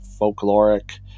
folkloric